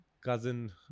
cousin